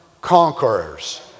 conquerors